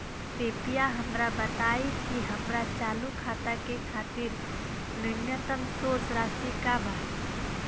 कृपया हमरा बताइ कि हमार चालू खाता के खातिर न्यूनतम शेष राशि का बा